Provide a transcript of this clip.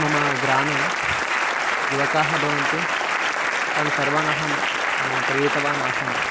मम ग्रामे युवकाः भवन्ति तान् सर्वान् अहं प्रेरितवान् आसम्